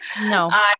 no